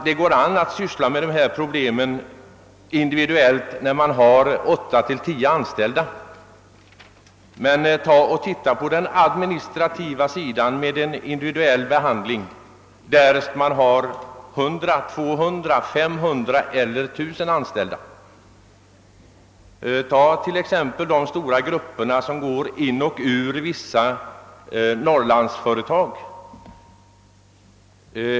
Det går an att syssla med dessa problem individuellt när man har 8—10 anställda. Men studera den administrativa sidan med en individuell behandling, därest man har 100, 200, 500 eller 1000 anställda. Ta t.ex. de stora grupper som går in och ut ur vissa norrlandsföretag.